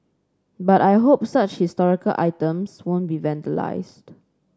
but I hope such historical items won't be vandalised